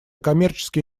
коммерческие